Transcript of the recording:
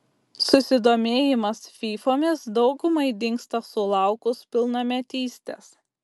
susidomėjimas fyfomis daugumai dingsta sulaukus pilnametystės